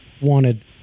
wanted